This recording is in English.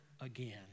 again